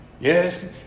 Yes